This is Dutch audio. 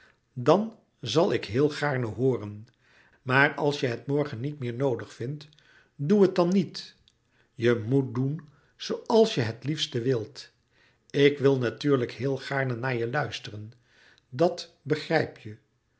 dan zal ik heel gaarne hooren maar als je het morgen niet meer noodig vindt doe het dan niet je moet doen zooals je het liefste wilt ik wil natuurlijk heel gaarne naar je louis couperus metamorfoze luisteren dat begrijp je